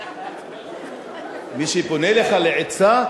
מי שפונה אליך לעצה,